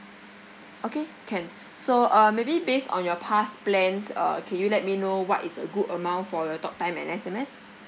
okay can so uh maybe based on your past plans uh can you let me know what is a good amount for your talktime and S_M_S